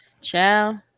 Ciao